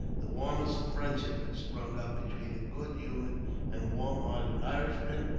the warmest friendship had sprung up between the good-humoured and warm-hearted irishman,